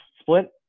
split